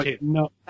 No